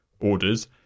orders